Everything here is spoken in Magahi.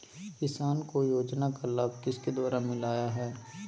किसान को योजना का लाभ किसके द्वारा मिलाया है?